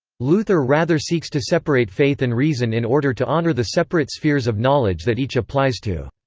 luther rather seeks to separate faith and reason in order to honor the separate spheres of knowledge that each applies to.